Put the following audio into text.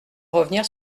revenir